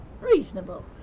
reasonable